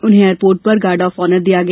उन्हें एयरपोर्ट पर भी गार्ड ऑफ ऑनर दिया गया